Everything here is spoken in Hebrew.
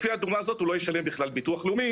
לפי הדוגמה הזאת הוא לא ישלם בגלל ביטוח לאומי